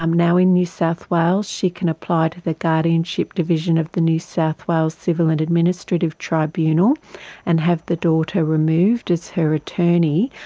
um now, in new south wales she can apply to the guardianship division of the new south wales civil and administrative tribunal and have the daughter removed as her attorney.